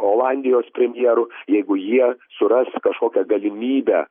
olandijos premjeru jeigu jie suras kažkokią galimybę